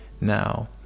now